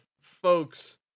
folks